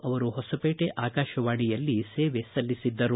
ಈ ಮೊದಲು ಅವರು ಹೊಸಹೇಟೆ ಆಕಾಶವಾಣಿಯಲ್ಲಿ ಸೇವೆ ಸಲ್ಲಿಸಿದ್ದರು